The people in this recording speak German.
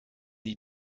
die